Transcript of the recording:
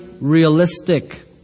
realistic